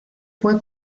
fue